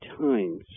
times